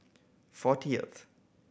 fortieth